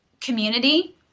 community